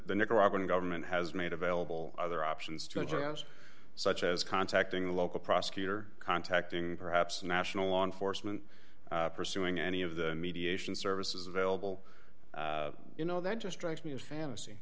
the nicaraguan government has made available other options to address such as contacting a local prosecutor contacting perhaps national law enforcement pursuing any of the mediation services available you know that just writes me a fantasy